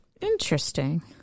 Interesting